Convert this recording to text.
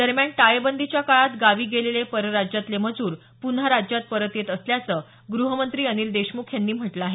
दरम्यान टाळेबंदीच्या काळात गावी गेलेले परराज्यातले मजुर पुन्हा राज्यात परत येत असल्याचं ग्रहमंत्री अनिल देशमुख यांनी म्हटलं आहे